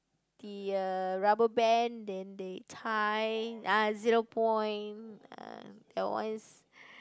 the uh rubber band then they tie ah zero point uh that one is